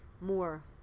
more